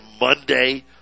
Monday